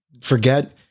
forget